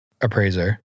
appraiser